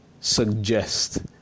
suggest